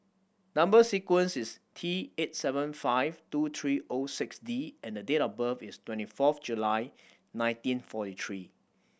number sequence is T eight seven five two three O six D and the date of birth is twenty fourth July nineteen forty three